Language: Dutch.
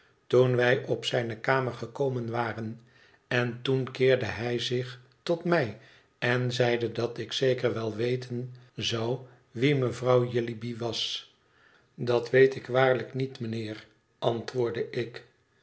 toen wij op zijne kamer gekomen waren en toen keerde hij zich tot mij en zeide dat ik zeker wel weten zou wie mevrouw jellyby was dat weet ik waarlijk niet mijnheer antwoordde ik